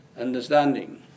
understanding